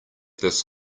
this